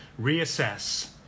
reassess